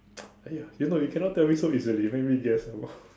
ya you know you cannot tell me so easily let me guess a while